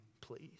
please